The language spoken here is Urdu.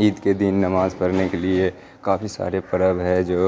عید کے دن نماز پڑھنے کے لیے کافی سارے پرو ہے جو